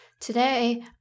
today